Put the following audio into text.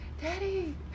Daddy